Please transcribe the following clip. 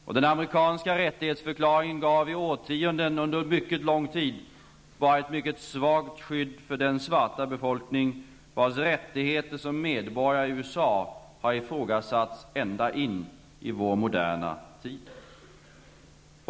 Och den amerikanska rättighetsförklaringen gav i årtionden, under mycket lång tid, bara ett ytterst svagt skydd för den svarta befolkning, vars rättigheter som medborgare i USA har ifrågasatts ända in i vår moderna tid.